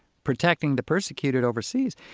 protecting the persecuted overseas,